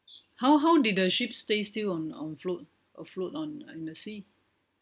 how how did the ship stay still on on float afloat on in the sea